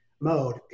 mode